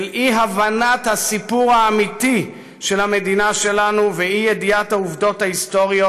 של אי-הבנת הסיפור האמיתי של המדינה שלנו ואי-ידיעת העובדות ההיסטוריות,